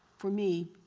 for me,